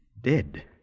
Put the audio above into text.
dead